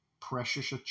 Precious